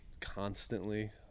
constantly